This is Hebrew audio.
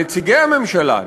נציגי הממשלה,